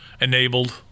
enabled